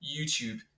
YouTube